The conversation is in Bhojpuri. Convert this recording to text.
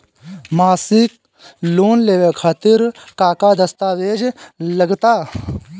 मसीक लोन लेवे खातिर का का दास्तावेज लग ता?